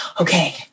okay